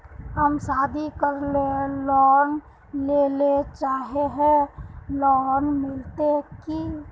हम शादी करले लोन लेले चाहे है लोन मिलते की?